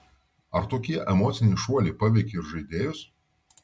ar tokie emociniai šuoliai paveikia ir žaidėjus